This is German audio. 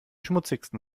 schmutzigsten